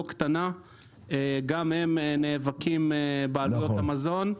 קטנה וגם הם נאבקים בעליית מחיר המזון.